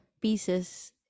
pieces